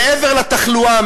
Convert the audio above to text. מעבר לתחלואה,